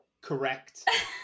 correct